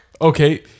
Okay